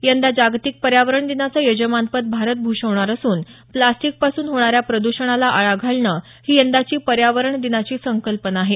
यंदा जागतिक पर्यावरण दिनाचं यजमानपद भारत भूषवणार असून प्लास्टिकपासून होणाऱ्या प्रद्षणाला आळा घालणं ही यंदाची पर्यावरण दिनाची सकंल्पना आहे